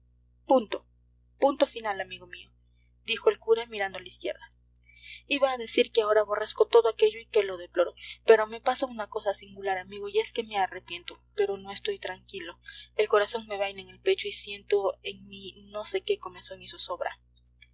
punto punto final amigo mío dijo el cura mirando a la izquierda iba a decir que ahora aborrezco todo aquello y que lo deploro pero me pasa una cosa singular amigo y es que me arrepiento pero no estoy tranquilo el corazón me baila en el pecho y siento en mí no sé qué comezón y